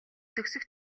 төгсөх